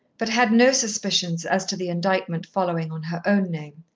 but had no suspicions as to the indictment following on her own name.